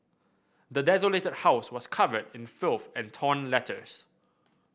the desolated house was covered in filth and torn letters